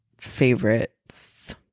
Favorites